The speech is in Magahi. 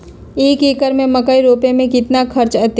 एक एकर में मकई रोपे में कितना खर्च अतै?